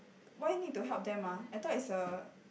why need to help them ah I thought it's a